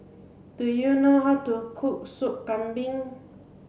do you know how to cook soup Kambing